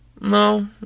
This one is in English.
No